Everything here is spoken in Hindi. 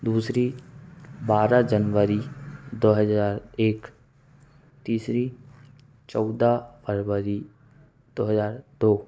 दूसरी बारह जनवरी दो हजार एक तीसरी चौदह फरवरी दो हजार दो